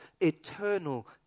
eternal